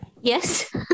Yes